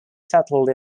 settled